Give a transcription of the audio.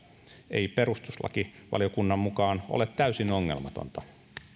ei perustuslakivaliokunnan mukaan ole täysin ongelmatonta